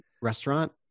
restaurant